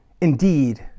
indeed